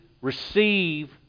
receive